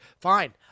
Fine